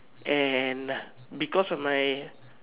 and because of my